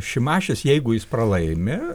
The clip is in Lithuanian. šimašius jeigu jis pralaimi